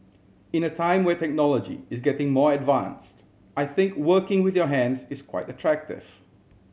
in a time where technology is getting more advanced I think working with your hands is quite attractive